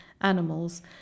animals